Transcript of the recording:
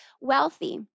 wealthy